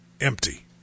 empty